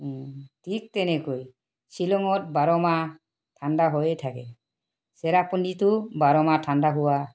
ঠিক তেনেকৈ শ্বিলঙত বাৰ মাহ ঠাণ্ডা হৈ থাকে চেৰাপুঞ্জীতো বাৰ মাহ ঠাণ্ডা হোৱা